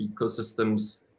ecosystems